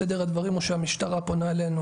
בסדר הדברים או שהמשטרה פונה אלינו